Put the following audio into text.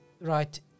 right